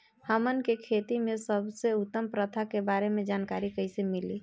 हमन के खेती में सबसे उत्तम प्रथा के बारे में जानकारी कैसे मिली?